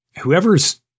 Whoever's